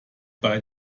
bei